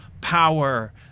power